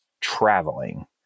traveling